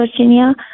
Virginia